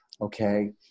okay